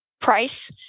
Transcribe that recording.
price